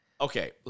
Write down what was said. Okay